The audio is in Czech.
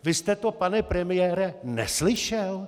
Vy jste to, pane premiére, neslyšel?